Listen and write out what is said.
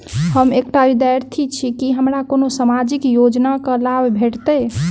हम एकटा विद्यार्थी छी, की हमरा कोनो सामाजिक योजनाक लाभ भेटतय?